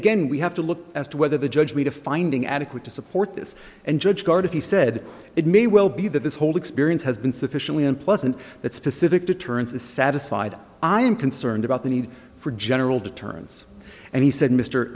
again we have to look as to whether the judge made a finding adequate to support this and judge guard if he said it may well be that this whole experience has been sufficiently unpleasant that specific deterrence is satisfied i am concerned about the need for general deterrence and he said mr